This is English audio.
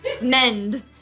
Mend